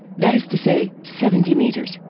that is to say, seventy meters,